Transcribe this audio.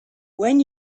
when